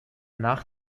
nach